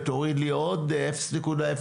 ותוריד לי עוד 0.084,